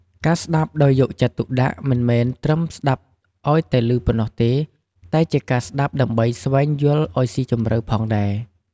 ការស្តាប់ដោយយកចិត្តទុកដាក់ មិនមែនត្រឹមស្តាប់ឲ្យតែលឺប៉ុណ្ណោះទេ តែជាការស្តាប់ដើម្បីស្វែងយល់ឲ្យសុីជម្រៅផងដែរ។